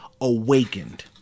awakened